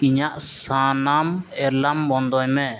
ᱤᱧᱟᱹᱜ ᱥᱟᱱᱟᱢ ᱮᱞᱟᱨᱢ ᱵᱚᱱᱫᱚᱭ ᱢᱮ